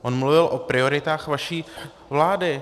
On mluvil o prioritách vaší vlády.